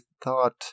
thought